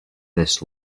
this